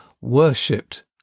worshipped